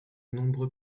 nombreux